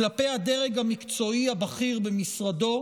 כלפי הדרג המקצועי הבכיר במשרדו,